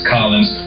Collins